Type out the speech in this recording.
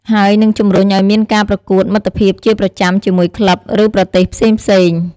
ហើយនឹងជំរុញឲ្យមានការប្រកួតមិត្តភាពជាប្រចាំជាមួយក្លឹប ឬប្រទេសផ្សេងៗ។